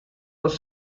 los